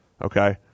Okay